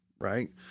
right